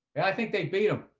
i think they beat them.